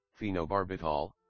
phenobarbital